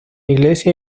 iglesia